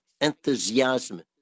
enthusiasm